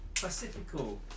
Pacifico